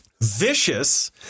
Vicious